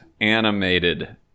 animated